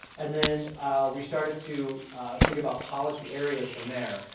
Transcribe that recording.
and then we started to think about policy areas from there,